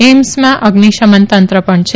એઇમ્સમાં અઝ્નીશમન તંત્ર પણ છે